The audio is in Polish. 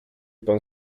pan